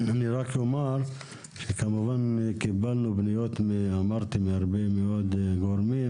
אני רק אומר שקיבלנו פניות מהרבה מאוד גורמים